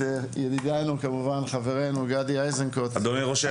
אני, כיו"ר איגוד השחייה,